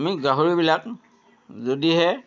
আমি গাহৰিবিলাক যদিহে